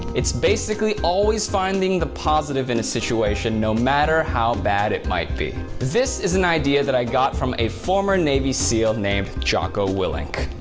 it's basically always finding the positive in a situation no matter how bad it might be. this is an idea that i got from a former navy seal named jocko willink.